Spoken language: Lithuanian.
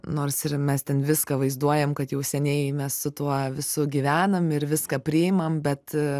nors ir mes ten viską vaizduojam kad jau seniai mes su tuo visu gyvenam ir viską priimam bet